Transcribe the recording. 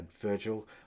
Virgil